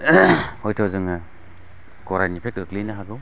हयथ' जोङो गराइनिफ्राय गोग्लैनो हागौ